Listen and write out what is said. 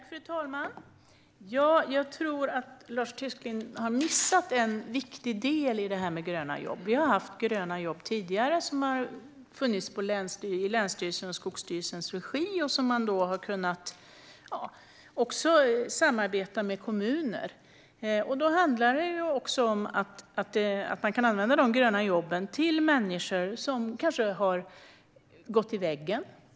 Fru talman! Jag tror att Lars Tysklind har missat en viktig del i det här med gröna jobb. Det har funnits gröna jobb tidigare i länsstyrelsens och Skogsstyrelsens regi där man har samarbetat med kommuner. Då kan de gröna jobben användas för människor som kanske har gått in i väggen.